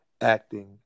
acting